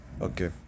Okay